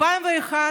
אמסלם?